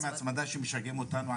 מה עם ההצמדה שמשגעים אותנו,